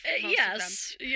yes